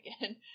again